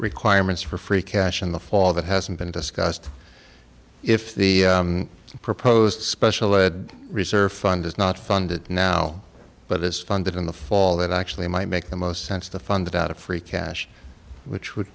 requirements for free cash in the fall that hasn't been discussed if the proposed special ed reserve fund is not funded now but is funded in the fall that actually might make the most sense to fund it out of free cash which would